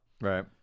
Right